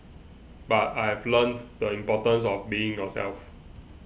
but I've learnt the importance of being yourself